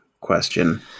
question